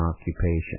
occupation